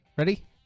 Ready